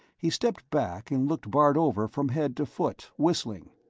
he stepped back and looked bart over from head to foot, whistling.